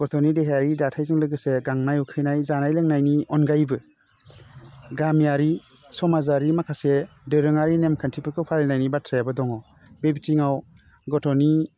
गथ' देहायारिनि दाथायजों लोगोसे गांनाय उखैनाय जानाय लोंनायनि अनगायैबो गामियारि समाजारि माखासे दोरोङारि नेमखान्थिफोरखौ फालिनायनि बाथ्रायाबो दङ बे बिथिङाव गथ'नि